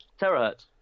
Terahertz